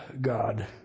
God